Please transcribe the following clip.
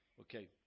Okay